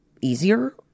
easier